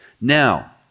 now